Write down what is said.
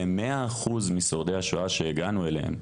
כ-100% משורדי השואה שהגענו אליהם,